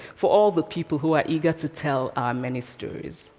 for all the people who are eager to tell our many stories.